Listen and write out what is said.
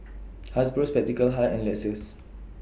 Hasbro Spectacle Hut and Lexus